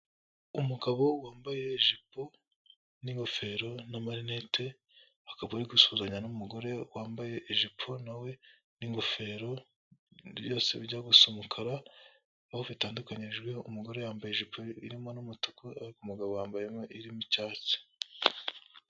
Umugabo wambaye ijipo n'ingofero n'amarinete, akaba ari gusuzanya n'umugore wambaye ijipo nawe n'ingofero, byose bijya gusa umukara, aho bitandukanijwe umugore yambaye ijipo irimo n'umutuku ariko umugabo yambayemo irimo icyatsi.